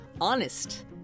honest